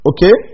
Okay